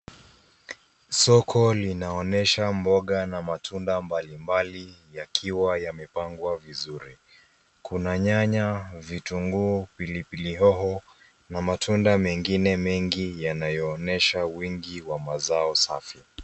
Soko linaonyesha mboga na matunda mbalimbali yakiwa yamepangwa vizuri. Kuna nyanya, vitunguu, pilipili hoho na matunda mengine mengi yanayoonyesha wingi wa mazao safi.